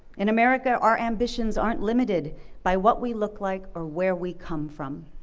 in america our ambitions aren't limited by what we look like or where we come from.